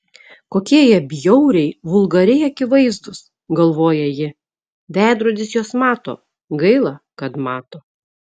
kokie jie bjauriai vulgariai akivaizdūs galvoja ji veidrodis juos mato gaila kad mato